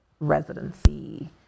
residency